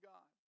God